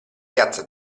piazza